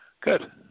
Good